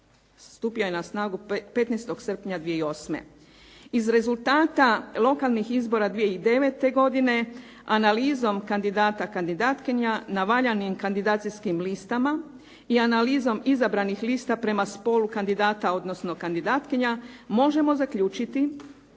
stupio je na snagu 15. srpnja 2008. Iz rezultata lokalnih izbora 2009. godine analizom kandidata, kandidatkinja na valjanim kandidacijskim listama i analizom izabranih lista prema spolu kandidata odnosno kandidatkinja možemo zaključiti